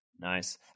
Nice